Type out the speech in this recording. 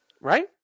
Right